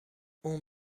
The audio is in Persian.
اون